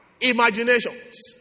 imaginations